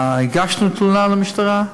הגשנו תלונה למשטרה,